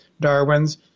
Darwin's